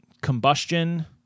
combustion